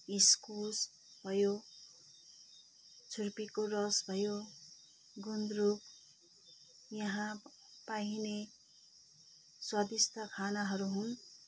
इस्कुस भयो छुर्पीको रस भयो गुन्द्रुक यहाँ पाइने स्वादिष्ठ खानाहरू हुन्